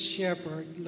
Shepherd